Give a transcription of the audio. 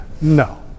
no